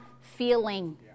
feeling